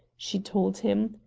she told him.